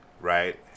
Right